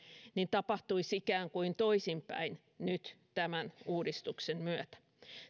tapahtuisi ikään kuin toisinpäin nyt tämän uudistuksen myötä